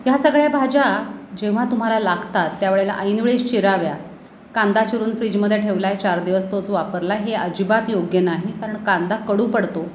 ह्या सगळ्या भाज्या जेव्हा तुम्हाला लागतात त्या वेळेला ऐनवेळीस चिराव्या कांदा चिरून फ्रीजमध्ये ठेवला आहे चार दिवस तो जो वापरला हे अजिबात योग्य नाही कारण कांदा कडू पडतो